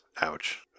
ouch